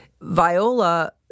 Viola